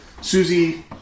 susie